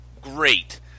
great